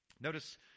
Notice